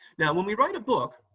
now, when we write a book,